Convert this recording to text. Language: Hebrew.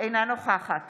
אינה נוכחת